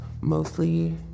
mostly